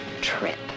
trip